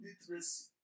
literacy